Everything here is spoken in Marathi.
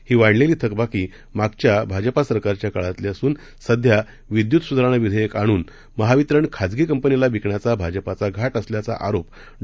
ही वाढलेली थकबाकी मागच्या भाजपा सरकारच्या काळातली असून सध्या विद्युत सुधारणा विधेयक आणून महावितरण खाजगी कंपनीला विकण्याचा भाजपाचा घाट असल्याचा आरोप डॉ